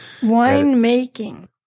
Winemaking